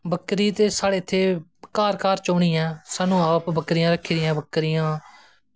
बकरी ते साढ़े इत्थें घर घर होनीं ऐं ते स्हानू आप बकरियां रक्खी दियां बकरियां